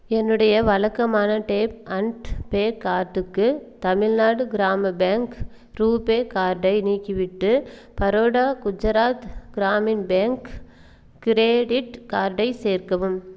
என்னுடைய வழக்கமான tap and pay கார்டுக்கு தமிழ்நாடு கிராம பேங்க் ரூபே கார்டை நீக்கிவிட்டு பரோடா குஜராத் கிராமின் பேங்க் கிரெடிட் கார்டை சேர்க்கவும்